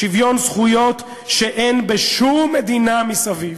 שוויון זכויות שאין בשום מדינה מסביב.